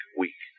week